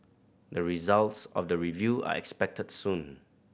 the results of the review are expected soon